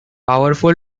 powerful